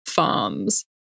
farms